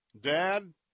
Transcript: Dad